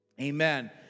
Amen